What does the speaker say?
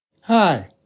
Hi